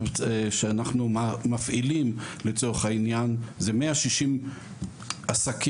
שאנחנו מפעילים לצורך העניין זה 160 עסקים,